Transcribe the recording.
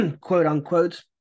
quote-unquote